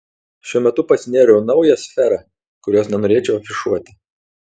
šiuo metu pasinėriau į naują sferą kurios nenorėčiau afišuoti